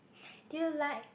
do you like